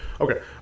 Okay